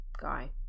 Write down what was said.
guy